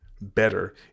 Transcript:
better